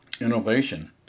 innovation